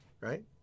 right